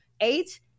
eight